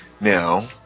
Now